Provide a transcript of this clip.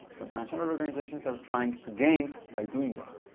transnational organizations are trying to gain by doing that.